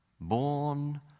born